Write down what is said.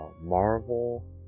Marvel